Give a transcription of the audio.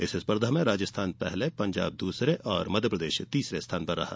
इस स्पर्धा में राजस्थान पहले पंजाब दूसरे और मध्यप्रदेश तीसरे स्थान पर रहा